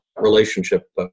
relationship